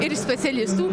ir specialistų